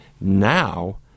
now